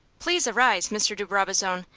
please arise, mr. de brabazon,